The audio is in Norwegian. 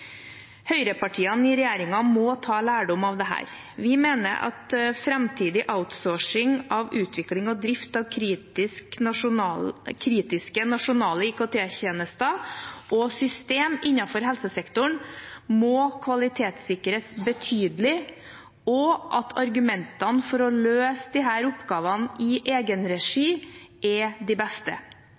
Høyrepartiene i regjeringen må ta lærdom av dette. Vi mener at framtidig outsourcing av utvikling og drift av kritiske nasjonale IKT-tjenester og -system innenfor helsesektoren må kvalitetssikres betydelig, og at argumentene for å løse disse oppgavene i egenregi er de beste.